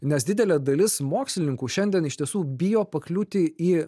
nes didelė dalis mokslininkų šiandien iš tiesų bijo pakliūti į